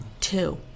Two